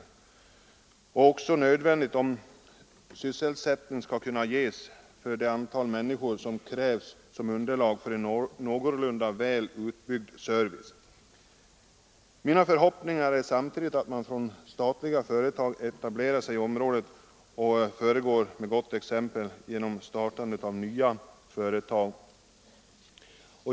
Sådana är också nödvändiga om sysselsättning skall kunna ges för det antal människor som krävs som underlag för en någorlunda väl utbyggd service. Min förhoppning är samtidigt att staten föregår med gott exempel genom att statliga företag etablerar sig i området och genom att man startar nya företag.